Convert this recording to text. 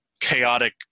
chaotic